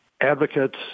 advocates